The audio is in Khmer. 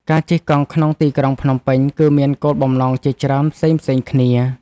ការជិះកង់ក្នុងទីក្រុងភ្នំពេញ គឺមានគោលបំណងជាច្រើនផ្សេងៗគ្នា។